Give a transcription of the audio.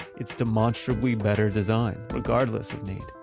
it's demonstrably better designed, regardless of need.